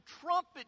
trumpet